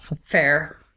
Fair